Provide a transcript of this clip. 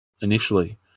initially